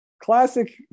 Classic